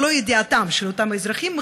ללא ידיעתם של אותם אזרחים,